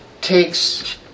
takes